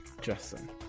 Justin